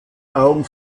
augen